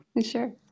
Sure